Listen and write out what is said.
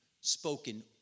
spoken